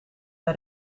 bij